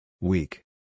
Weak